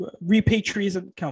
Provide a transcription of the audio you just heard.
repatriation